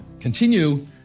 Continue